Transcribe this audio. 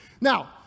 Now